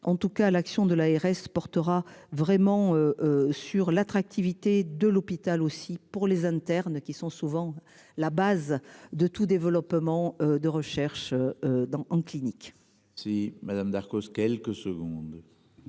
en tout cas l'action de l'ARS portera vraiment. Sur l'attractivité de l'hôpital aussi pour les internes qui sont souvent la base de tout développement de recherche dans en clinique. Si Madame Darcos ce quelques secondes.